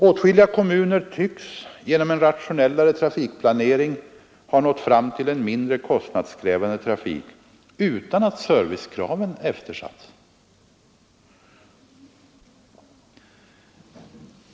Åtskilliga kommuner tycks genom en rationellare trafikplanering ha nått fram till en mindre kostnadskrävande trafik utan att servicekraven eftersatts.